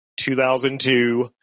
2002